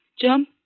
Jump